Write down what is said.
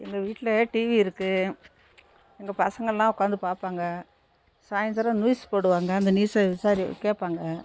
எங்கள் வீட்டில் டிவி இருக்குது எங்கள் பசங்கள்லாம் உட்காந்து பார்ப்பாங்க சாயிந்தரம் நியூஸ் போடுவாங்க அந்த நியூஸ விசாரி கேட்பாங்க